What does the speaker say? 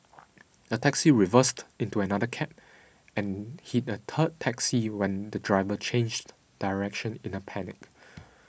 a taxi reversed into another cab and hit a third taxi when the driver changed direction in a panic